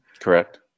Correct